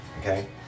okay